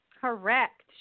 Correct